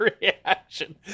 reaction